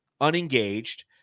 unengaged